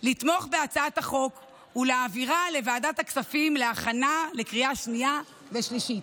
לתמוך בהצעת החוק ולהעבירה לוועדת כספים להכנה לקריאה שנייה ושלישית.